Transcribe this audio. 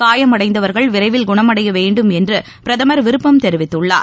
காயமடைந்தவர்கள் விரைவில் குணமடையவேண்டும் என்றுபிரதமர் விருப்பம் தெரிவித்துள்ளார்